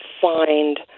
find